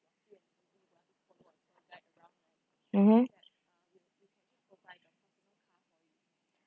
mmhmm